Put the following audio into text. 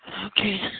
Okay